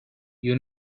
you